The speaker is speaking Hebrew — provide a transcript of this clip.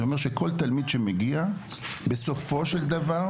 זה אומר שכל תלמיד שמגיע בסופו של דבר,